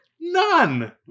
None